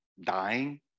dying